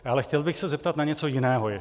Ale chtěl bych se zeptat na něco jiného ještě.